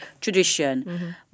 tradition